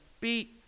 beat